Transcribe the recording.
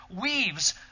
weaves